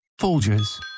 Folgers